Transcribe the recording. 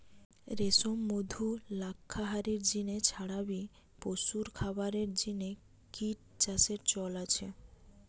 রেশম, মধু, লাক্ষা হারির জিনে ছাড়া বি পশুর খাবারের জিনে কিট চাষের চল আছে